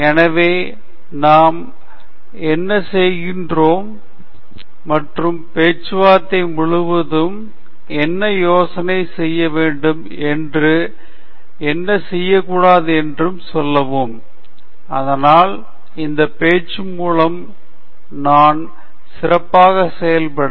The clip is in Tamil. எனவே நாம் என்ன செய்கிறோம் மற்றும் பேச்சுவார்த்தை முழுவதும் என்ன யோசனை செய்ய வேண்டும் மற்றும் என்ன செய்ய கூடாது என்று சொல்லவும் அதனால் இந்த பேச்சு மூலம் நான் சிறப்பாகச் செயல்பட